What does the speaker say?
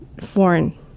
foreign